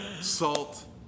salt